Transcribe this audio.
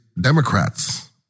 Democrats